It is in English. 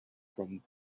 from